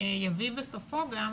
יביא בסופו גם